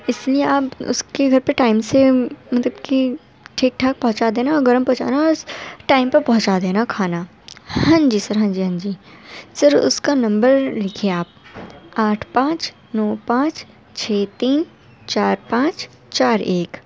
اس لیے آپ اس کے گھر پہ ٹائم سے مطلب کہ ٹھیک ٹھاک پہنچا دینا اور گرم پہنچانا اور ٹائم پہ پہنچا دینا کھانا ہاں جی سر ہاں جی ہاں جی سر اس کا نمبر لکھیے آپ آٹھ پانچ نو پانچ چھ تین چار پانچ چار ایک